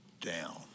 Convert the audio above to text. down